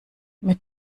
mit